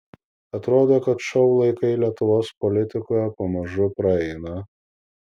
atrodė kad šou laikai lietuvos politikoje pamažu praeina